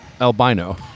Albino